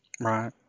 Right